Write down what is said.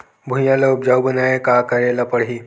भुइयां ल उपजाऊ बनाये का करे ल पड़ही?